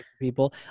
people